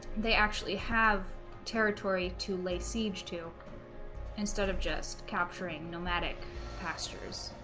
they actually have territory to lay siege to instead of just capturing nomadic pastures